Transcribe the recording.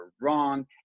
wrong